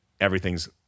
everything's